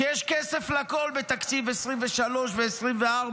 שיש כסף לכול בתקציב 2023 ו-2024,